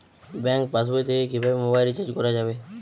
Bank পাশবই থেকে কিভাবে মোবাইল রিচার্জ করা যাবে?